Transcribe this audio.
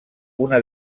una